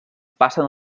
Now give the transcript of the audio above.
passen